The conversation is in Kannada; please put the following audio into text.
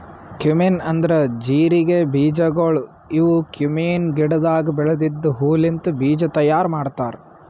ಕ್ಯುಮಿನ್ ಅಂದುರ್ ಜೀರಿಗೆ ಬೀಜಗೊಳ್ ಇವು ಕ್ಯುಮೀನ್ ಗಿಡದಾಗ್ ಬೆಳೆದಿದ್ದ ಹೂ ಲಿಂತ್ ಬೀಜ ತೈಯಾರ್ ಮಾಡ್ತಾರ್